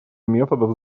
методов